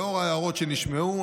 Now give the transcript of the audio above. לאור ההערות שנשמעו,